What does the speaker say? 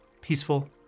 peaceful